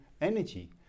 energy